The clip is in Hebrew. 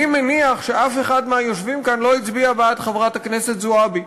אני מניח שאף אחד מהיושבים כאן לא הצביע בעד חברת הכנסת זועבי.